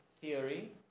theory